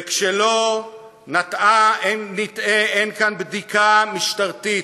ושלא נטעה, אין כאן בדיקה משטרתית.